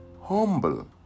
humble